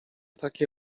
takie